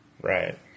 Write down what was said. Right